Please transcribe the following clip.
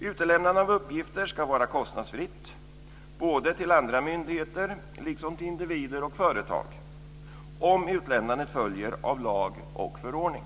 Utlämnande av uppgifter ska vara kostnadsfritt, både till andra myndigheter och till individer och företag, om utlämnandet följer av lag eller förordning.